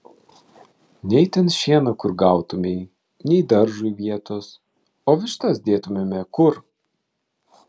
nei ten šieno kur gautumei nei daržui vietos o vištas dėtumėme kur